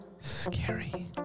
Scary